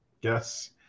yes